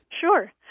Sure